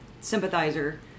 sympathizer